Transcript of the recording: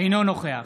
אינו נוכח